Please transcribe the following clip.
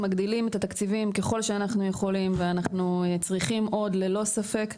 מגדילים את התקציבים ככל שאנחנו יכולים ואנחנו צריכים עוד ללא ספק,